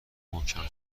محکم